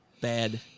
bad